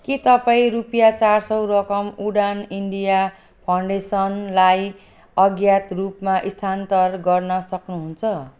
के तपाईँ रुपियाँ चार सय रकम उडान इन्डिया फाउन्डेसनलाई अज्ञात रूपमा स्थानान्तर गर्न सक्नुहुन्छ